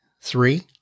Three